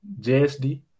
JSD